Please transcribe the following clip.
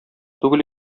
түгел